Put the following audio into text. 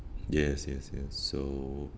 yes yes yes so